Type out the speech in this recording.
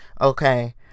Okay